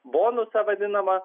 bonusą vadinamą